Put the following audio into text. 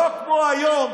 לא כמו היום,